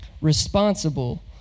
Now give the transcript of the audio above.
responsible